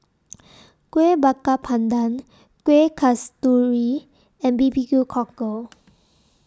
Kueh Bakar Pandan Kueh Kasturi and B B Q Cockle